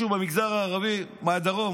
עבר פה איזה מישהו מהמגזר הערבי מהדרום,